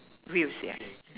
views yeah